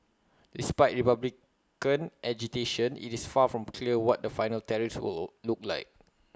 despite republican agitation IT is far from clear what the final tariffs will will look like